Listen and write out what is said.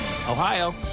Ohio